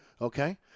Okay